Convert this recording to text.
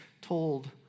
told